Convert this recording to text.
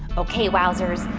ok, wowzers.